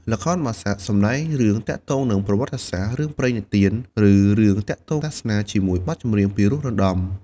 ល្ខោនបាសាក់ សម្ដែងរឿងទាក់ទងនឹងប្រវត្តិសាស្ត្រ រឿងព្រេងនិទាន ឬរឿងទាក់ទង់សាសនា ជាមួយបទចម្រៀងពីរោះរណ្ដំ។